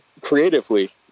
creatively